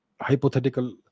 hypothetical